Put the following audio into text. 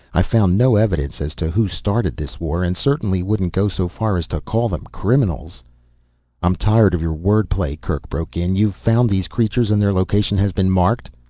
i've found no evidence as to who started this war, and certainly wouldn't go so far as to call them criminals i'm tired of your word-play, kerk broke in. you've found these creatures and their location has been marked.